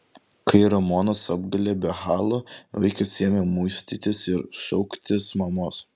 kai ramonas apglėbė halą vaikas ėmė muistytis ir šauktis mamos